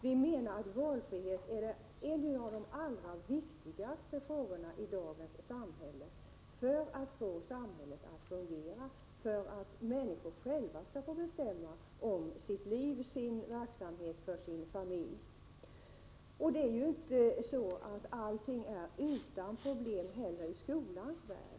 Vi menar att valfrihet i dag är en av de allra viktigaste frågorna när det gäller att Prot. 1987/88:77 få samhället att fungera så att människor själva kan bestämma om sitt och 26 februari 1988 sina familjers liv. Inte heller i skolans värld fungerar allt utan problem.